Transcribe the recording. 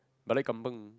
balik kampung